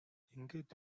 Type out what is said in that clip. ингээд